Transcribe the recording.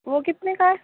وہ کتنے کا ہے